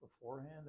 beforehand